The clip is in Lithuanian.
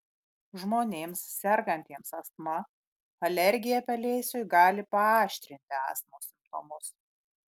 žmonėms sergantiems astma alergija pelėsiui gali paaštrinti astmos simptomus